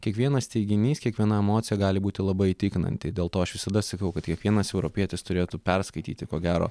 kiekvienas teiginys kiekviena emocija gali būti labai įtikinanti dėl to aš visada sakau kad kiekvienas europietis turėtų perskaityti ko gero